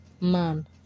man